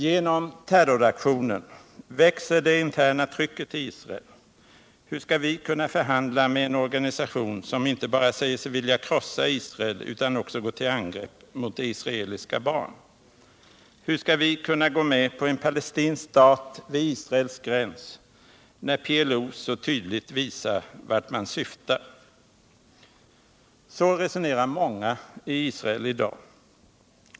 Genom terroraktionen växer det interna trycket i Israel. Hur skall vi kunna förhandla med en organisation som inte bara säger sig vilja krossa Israel utan också går till angrepp mot israeliska barn? Hur skall vi kunna gå med på en palestinsk stat vid Israels gräns, när PLO så tydligt visar vart man syftar? Så resonerar många i Israel i dag.